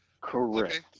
correct